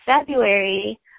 February